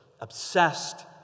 obsessed